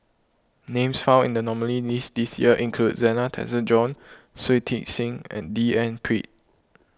names found in the nominees' list this year include Zena Tessensohn Shui Tit Sing and D N Pritt